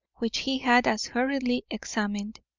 which he had as hurriedly examined.